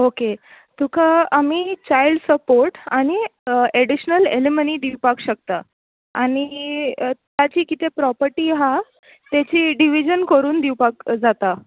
okay तुका आमी child support आनी एडीशनल एलिमनी दिवपाक शकता आनी ताची कितें प्रोपर्टी आहा तेचे डिवीजन करून दिवपाक जाता